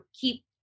keep